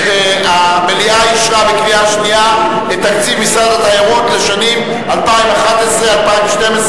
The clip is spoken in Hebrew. המליאה אישרה בקריאה שנייה את תקציב משרד התיירות לשנים 2011 2012,